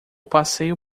passeio